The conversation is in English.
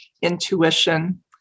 intuition